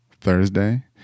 Thursday